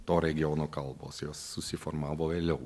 to regiono kalbos jos susiformavo vėliau